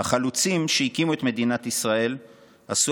החלוצים שהקימו את מדינת ישראל עשו